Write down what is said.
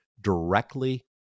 directly